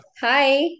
Hi